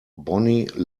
bonnie